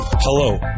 Hello